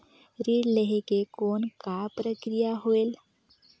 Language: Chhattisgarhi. ऋण लहे के कौन का प्रक्रिया होयल?